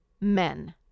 men